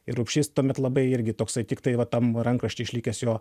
ir urbšys tuomet labai irgi toksai tiktai va tam rankrašty išlikęs jo